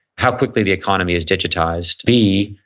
how quickly the economy is digitized b,